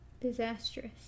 Disastrous